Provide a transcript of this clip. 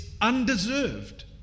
undeserved